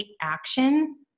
action